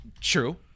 True